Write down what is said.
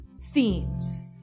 themes